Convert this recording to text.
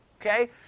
Okay